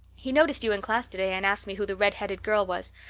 he noticed you in class today, and asked me who the red-headed girl was.